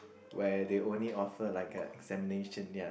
where they only offer like a examination ya